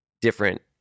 different